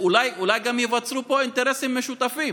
אולי גם ייווצרו פה אינטרסים משותפים